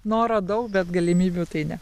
noro daug bet galimybių tai ne